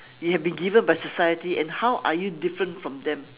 you have been given by society and how are you different from them